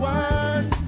one